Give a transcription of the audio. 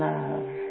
love